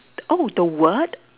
oh the word